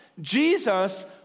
Jesus